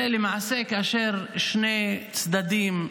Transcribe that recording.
הרי למעשה, כאשר שני צדדים,